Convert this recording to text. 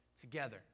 together